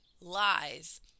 lies